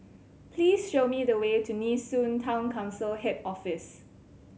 please show me the way to Nee Soon Town Council Head Office